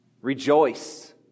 Rejoice